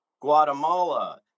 Guatemala